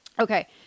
Okay